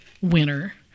winner